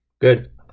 Good